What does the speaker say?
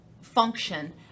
function